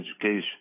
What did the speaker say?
education